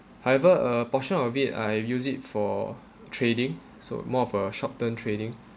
however uh portion of it I use it for trading so more of a short term trading